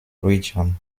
region